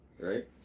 right